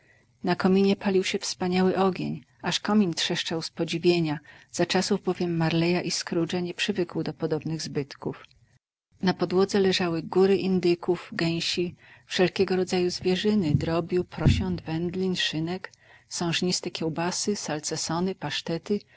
na kominie palił się wspaniały ogień aż komin trzeszczał z podziwienia za czasów bowiem marleya i scroogea nie przywykł do podobnych zbytków na podłodze leżały góry indyków gęsi wszelkiego rodzaju zwierzyny drobiu prosiąt wędlin szynek sążniste kiełbasy salcesony pasztety